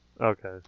Okay